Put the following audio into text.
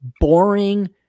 boring